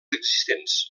existents